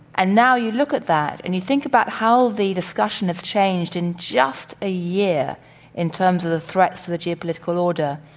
and now you look at that, and you think about how the discussion has changed in just a year in terms of the threats to the geopolitical order.